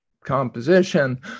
composition